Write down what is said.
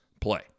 play